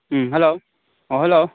um hello oh hello